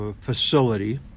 facility